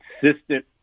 consistent